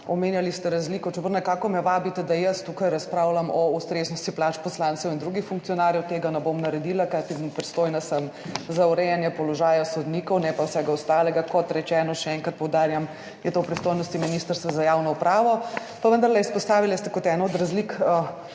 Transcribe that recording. omenjali ste razliko, čeprav me nekako vabite, da tukaj razpravljam o ustreznosti plač poslancev in drugih funkcionarjev. Tega ne bom naredila, kajti pristojna sem za urejanje položaja sodnikov, ne pa vsega ostalega. Kot rečeno, še enkrat poudarjam, to je v pristojnosti Ministrstva za javno upravo, pa vendarle, kot eno od razlik